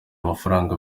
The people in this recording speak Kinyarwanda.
amafaranga